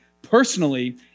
personally